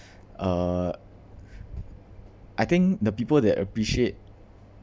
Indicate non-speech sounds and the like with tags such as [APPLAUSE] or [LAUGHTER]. [BREATH] uh [BREATH] I think the people that appreciate